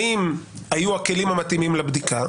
האם היו הכלים המתאימים לבדיקה,